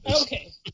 Okay